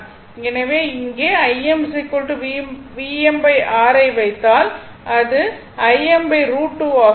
எனவே இங்கே Im Vm R ஐ வைத்தால் அது Im√2 ஆகும்